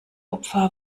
opfer